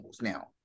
now